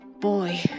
boy